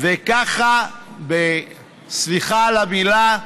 וככה, סליחה על המילה,